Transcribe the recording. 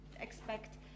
expect